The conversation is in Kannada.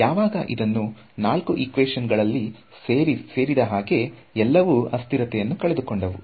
ಯಾವಾಗ ಇದನ್ನು ನಾಲ್ಕು ಈಕ್ವೇಶನ್ ಗಳಿಗೆ ಸೇರಿದ ಆಗ ಎಲ್ಲವೂ ಅಸ್ಥಿರತೆಯನ್ನು ಕಳೆದುಕೊಂಡವು